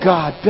God